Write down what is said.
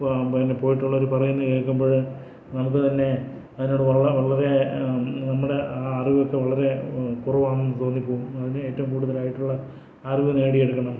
പിന്നെ പോയിട്ടുള്ളവർ പറയുന്നത് കേൾക്കുമ്പോൾ നമുക്ക് തന്നെ അതിനോട് വളരെ നമ്മൾ അറിവൊക്കെ വളരെ കുറവാണെന്ന് തോന്നിപ്പോകും അതിന് ഏറ്റവും കൂടുതൽ ആയിട്ടുള്ള അറിവ് നേടിയെടുക്കണം